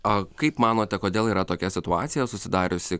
o kaip manote kodėl yra tokia situacija susidariusi